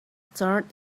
turned